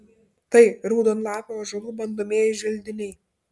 tai raudonlapių ąžuolų bandomieji želdiniai